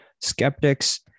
skeptics